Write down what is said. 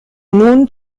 nun